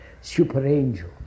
super-angel